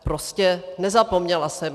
Prostě nezapomněla jsem.